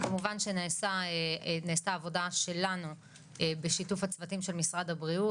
כמובן שנעשתה עבודה שלנו בשיתוף הצוותים של משרד הבריאות.